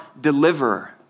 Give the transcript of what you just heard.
deliverer